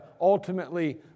ultimately